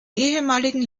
ehemaligen